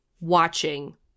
watching